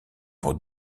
pour